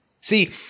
See—